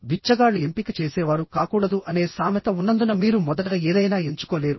బిచ్చగాళ్ళు ఎంపిక చేసేవారు కాకూడదు అనే సామెత ఉన్నందున మీరు మొదట ఏదైనా ఎంచుకోలేరు